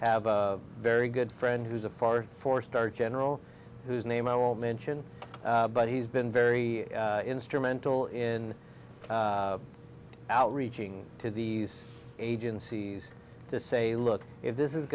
have a very good friend who's a far four star general whose name i will mention but he's been very instrumental in outreaching to these agencies to say look if this is